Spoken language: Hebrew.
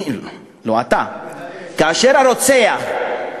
מי, לא אתה, כאשר הרוצח,